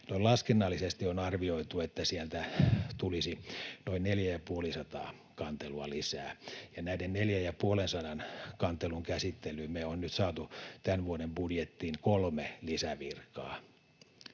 laskennallisesti on arvioitu, että sieltä tulisi noin 450 kantelua lisää, ja näiden 450 kantelun käsittelyyn me ollaan nyt saatu tämän vuoden budjettiin kolme lisävirkaa.